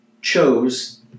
chose